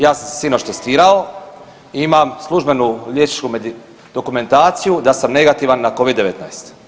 Ja sam se sinoć testirao i imam službenu liječničku dokumentaciju da sam negativan na Covid-19.